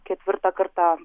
ketvirtą kartą